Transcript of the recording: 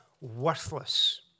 worthless